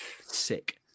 Sick